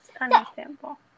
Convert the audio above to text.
understandable